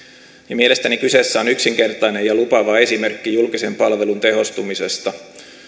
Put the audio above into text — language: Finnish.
mielestäni kyseessä on yksinkertainen ja lupaava esimerkki julkisen palvelun tehostumisesta